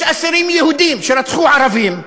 יש אסירים יהודים שרצחו ערבים,